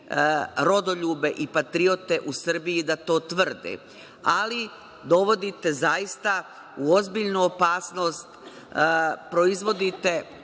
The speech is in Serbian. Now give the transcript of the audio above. rodoljube i patriote u Srbiji da to tvrde. Dovodite zaista u ozbiljnu opasnost, proizvodite